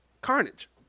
Carnage